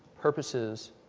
purposes